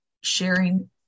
sharing